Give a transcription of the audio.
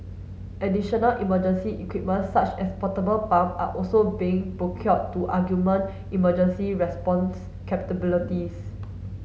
additional emergency equipment such as portable pump are also being procured to arguement emergency response capabilities